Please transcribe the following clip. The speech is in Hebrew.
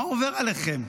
מה עובר עליכם?